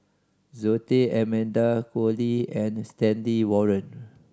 Zoe Tay Amanda Koe Lee and Stanley Warren